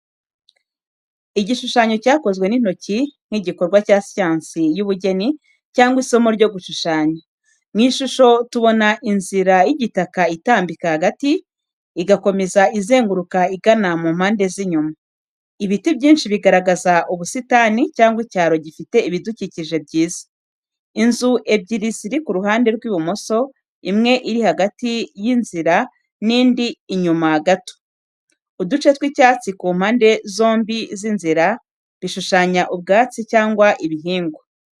Igishushanyo cyakozwe n’intoki nk’igikorwa cya siyansi y’ubugeni cyangwa isomo ryo gushushanya. Mu ishusho tubona inzira y’igitaka itambika hagati, igakomeza izenguruka igana mu mpande z’inyuma. Ibiti byinshi bigaragaza ubusitani cyangwa icyaro gifite ibidukikije byiza. Inzu ebyiri ziri ku ruhande rw’ibumoso, imwe iri hafi y’inzira indi inyuma gato. Uduce tw’icyatsi ku mpande zombi z’inzira, bishushanya ubwatsi cyangwa ibihingwa.